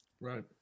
Right